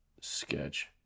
sketch